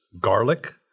garlic